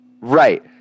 Right